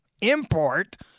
import